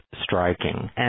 striking